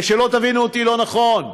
ושלא תבינו אותי לא נכון,